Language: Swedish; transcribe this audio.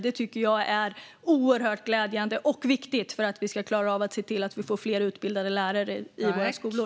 Det tycker jag är oerhört glädjande och viktigt för att vi ska klara av att få fler utbildade lärare i våra skolor.